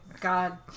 god